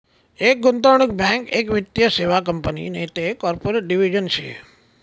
एक गुंतवणूक बँक एक वित्तीय सेवा कंपनी नैते कॉर्पोरेट डिव्हिजन शे